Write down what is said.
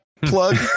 plug